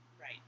Right